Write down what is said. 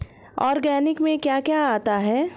Organic में क्या क्या आता है?